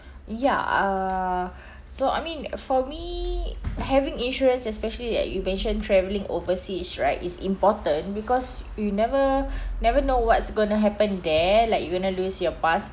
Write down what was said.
ya uh so I mean for me having insurance especially like you mentioned travelling overseas right is important because you never never know what's going to happen there like you going to lose your pass~